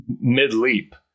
mid-leap